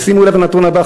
ושימו לב לנתון הבא,